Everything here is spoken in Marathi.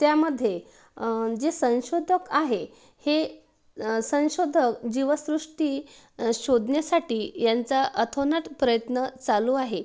त्यामध्ये जे संशोधक आहे हे संशोधक जीवसृष्टी शोधण्यासाठी यांचा अतोनात प्रयत्न चालू आहे